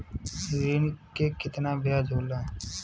ऋण के कितना ब्याज होला?